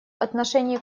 отношении